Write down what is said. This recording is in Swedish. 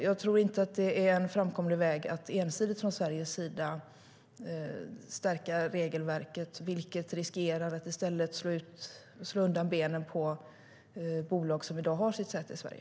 Jag tror inte att det är en framkomlig väg att Sverige ensidigt stärker regelverket. Det riskerar att slå undan benen på de bolag som i dag har sitt säte i Sverige.